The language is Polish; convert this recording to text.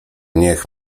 niech